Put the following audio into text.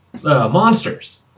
monsters